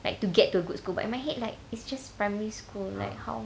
like to get to a good school but in my head like it's just primary school like how